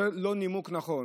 זה לא נימוק נכון.